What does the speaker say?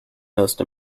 most